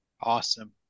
Awesome